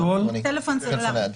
טלפון סלולרי.